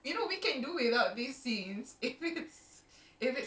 sekejap eh dia actress dia pakai tudung